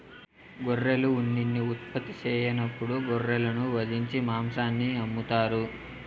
గొర్రెలు ఉన్నిని ఉత్పత్తి సెయ్యనప్పుడు గొర్రెలను వధించి మాంసాన్ని అమ్ముతారు